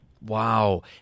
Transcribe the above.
Wow